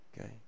Okay